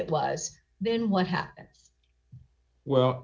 it was then what happens well